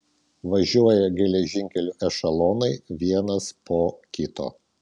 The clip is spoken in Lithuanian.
važiuoja geležinkeliu ešelonai vienas po kito